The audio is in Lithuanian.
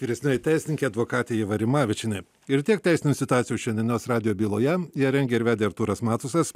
vyresnioji teisininkė advokatė ieva rimavičienė ir tiek teisinių situacijų šiandienos radijo byloje ją rengė ir vedė artūras matusas